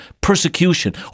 persecution